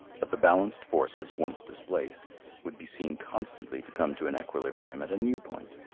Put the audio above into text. but the balanced forces once displaced would be seen constantly to come to an equilibrium at a new point.